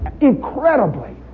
incredibly